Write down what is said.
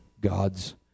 God's